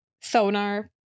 sonar